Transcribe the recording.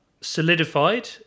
Solidified